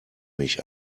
mich